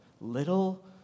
little